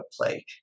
play